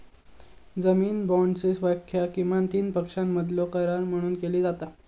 जामीन बाँडची व्याख्या किमान तीन पक्षांमधलो करार म्हणून केली जाता